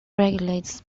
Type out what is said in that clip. regulates